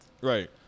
Right